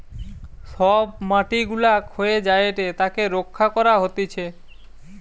সব মাটি গুলা ক্ষয়ে যায়েটে তাকে রক্ষা করা হতিছে